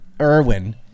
Irwin